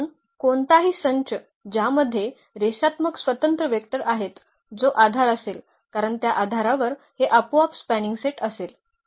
म्हणून कोणताही संच ज्यामध्ये रेषात्मक स्वतंत्र वेक्टर आहेत जो आधार असेल कारण त्या आधारावर हे आपोआप स्पॅनिंग सेट असेल